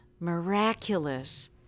miraculous